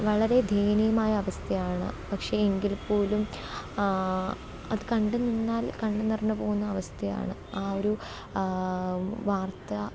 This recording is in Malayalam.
വളരെ ദയനീയമായ അവസ്ഥയാണ് പക്ഷെ എങ്കിൽപ്പോലും അതു കണ്ടുനിന്നാൽ കണ്ണു നിറഞ്ഞു പോകുന്ന അവസ്ഥയാണ് ആ ഒരു വാർത്ത